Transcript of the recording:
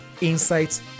insights